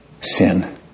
sin